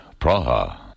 Praha